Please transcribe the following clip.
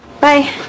Bye